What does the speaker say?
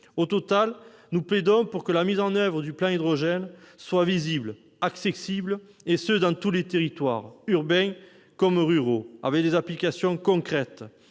Au total, nous plaidons pour que la mise en oeuvre du plan hydrogène soit visible et accessible, et ce dans tous les territoires, urbains comme ruraux, avec des applications concrètes.